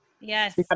Yes